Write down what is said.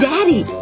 Daddy